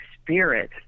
spirit